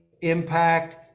impact